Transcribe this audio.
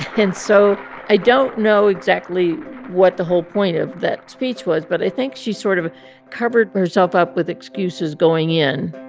and so i don't know exactly what the whole point of that speech was, but i think she sort of covered herself up with excuses going in,